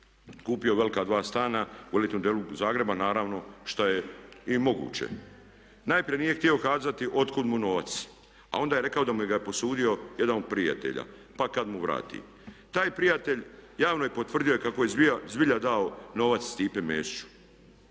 kupio velika dva stana u elitnom dijelu Zagreba, naravno, šta je i moguće. Najprije nije htio kazati otkuda mu novac a onda je rekao da mu ga je posudio jedan od prijatelja pa kada mu vrati. Taj prijatelj javno je potvrdio kako je zbilja dao novac Stipe Mesiću.